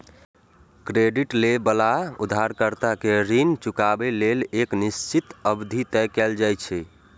credit लए बला उधारकर्ता कें ऋण चुकाबै लेल एक निश्चित अवधि तय कैल जाइ छै